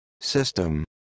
System